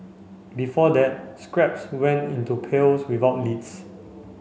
before that scraps went into pails without lids